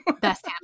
Best